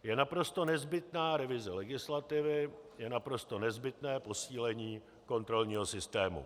Je naprosto nezbytná revize legislativy, je naprosto nezbytné posílení kontrolního systému.